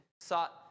sought